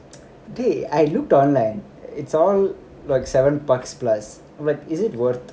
dey I looked on like it's all like seven bucks plus I'm like is it worth